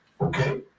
okay